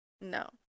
No